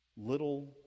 little